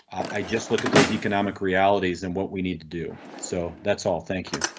i just look at those economic realities and what we need to do. so that's all. thank you.